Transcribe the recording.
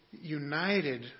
united